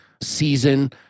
season